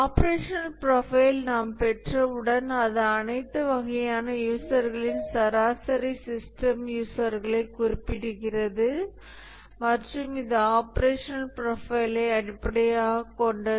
operational ப்ரொஃபைலை நாம் பெற்றவுடன் அது அனைத்து வகையான யூசர்களின் சராசரி சிஸ்டம் யூசர்களை குறிப்பிடுகிறது மற்றும் இது ஆபரேஷனல் ப்ரொஃபைலை அடிப்படையாகக் கொண்டது